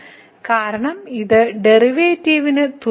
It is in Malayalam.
ഇവിടെ അവസാനത്തെ ഉദാഹരണം f ഫംഗ്ഷൻ ഇപ്പോൾ ഡെറിവേറ്റീവ് ആണെന്ന് എടുക്കുന്നു